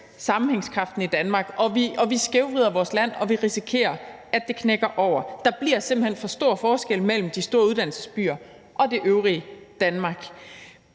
sammenhængskraften i Danmark, og vi skævvrider vores land, og vi risikerer, at det knækker over. Der bliver simpelt hen for stor forskel mellem de store uddannelsesbyer og det øvrige Danmark.